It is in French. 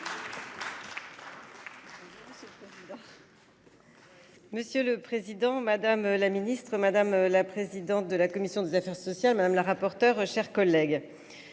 Monsieur le président, madame la ministre, madame la présidente de la commission des affaires sociales, madame la rapporteure, chers collègues.